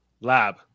Lab